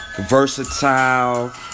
Versatile